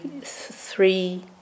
three